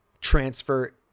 transfer